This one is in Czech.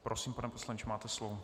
Prosím, pane poslanče, máte slovo.